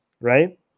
right